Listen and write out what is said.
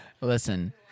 listen